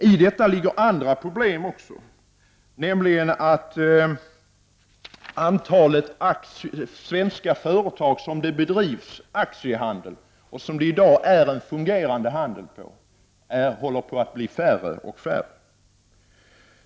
I detta ligger andra problem också, nämligen att antalet svenska företag som är föremål för en fungerande aktiehandel håller på att bli färre och färre.